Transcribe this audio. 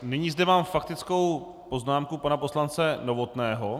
Nyní zde mám faktickou poznámku pana poslance Novotného.